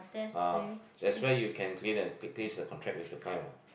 ah that's where you can clean contract with the guy mah